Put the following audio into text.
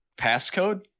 passcode